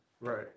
Right